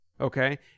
okay